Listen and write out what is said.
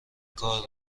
کار